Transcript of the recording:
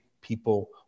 people